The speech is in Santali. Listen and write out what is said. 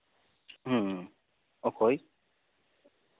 ᱦᱮᱸ ᱚᱠᱚᱭ